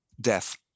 death